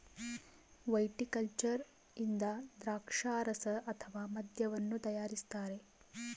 viticulture ಇಂದ ದ್ರಾಕ್ಷಾರಸ ಅಥವಾ ಮದ್ಯವನ್ನು ತಯಾರಿಸ್ತಾರ